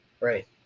Right